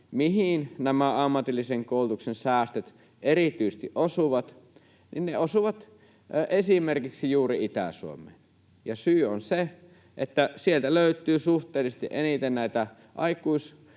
mihin nämä ammatillisen koulutuksen säästöt erityisesti osuvat, niin ne osuvat esimerkiksi juuri Itä-Suomeen. Ja syy on se, että sieltä löytyy suhteellisesti eniten näitä aikuiskoulutettavia